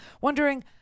wondering